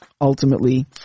ultimately